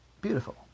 beautiful